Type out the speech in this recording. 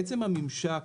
עצם הממשק,